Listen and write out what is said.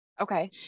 okay